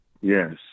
Yes